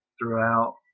throughout